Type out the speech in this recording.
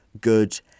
good